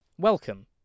Welcome